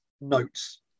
notes